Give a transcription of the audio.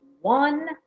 one